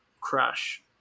crash